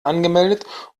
angemeldet